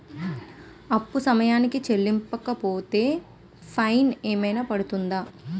అప్పు సమయానికి చెల్లించకపోతే ఫైన్ ఏమైనా పడ్తుంద?